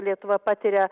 lietuva patiria